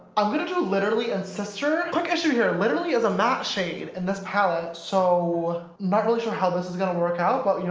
i'm gonna do literally and sister. quick issue here, literally is a matte shade in and this palette so not really sure how this is gonna work out. but you know,